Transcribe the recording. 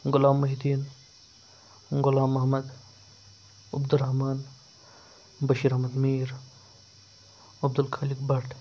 Ghulam Mohiuddin Ghulam Mohammad Abdul Rahman Bashir Ahmad Mir Abdul Khaliq Bhat